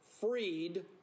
freed